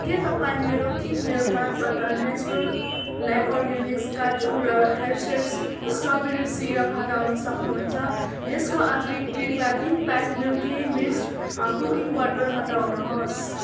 के तपाईँ मेरो किनमेल कार्टबाट नेचरल्यान्ड अर्गानिक्स काजु र हर्सेस स्ट्रबेरी सिरप हटाउन सक्नुहुन्छ यसका अतिरिक्त कृपया तिन pack Milky Mist cooking butter हटाउनुहोस्